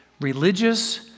Religious